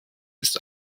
ist